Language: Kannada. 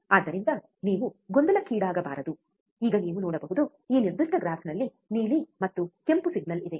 ಆದ್ದರಿಂದ ನೀವು ಗೊಂದಲಕ್ಕೀಡಾಗಬಾರದು ಈಗ ನೀವು ನೋಡಬಹುದು ಈ ನಿರ್ದಿಷ್ಟ ಗ್ರಾಫ್ನಲ್ಲಿ ನೀಲಿ ಮತ್ತು ಕೆಂಪು ಸಿಗ್ನಲ್ ಇದೆ